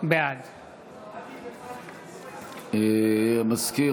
בעד המזכיר,